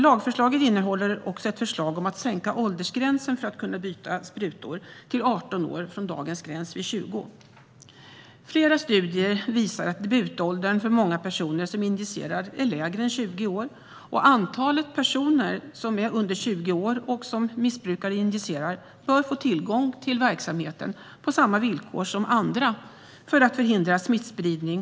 Lagförslaget innehåller också ett förslag om att sänka åldersgränsen för att kunna byta sprutor till 18 år - dagens gräns är på 20 år. Flera studier visar att debutåldern för många personer som injicerar är lägre än 20 år. De personer som är under 20 år och som missbrukar och injicerar bör få tillgång till verksamheten på samma villkor som andra för att förhindra smittspridning.